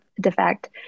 defect